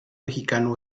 mexicano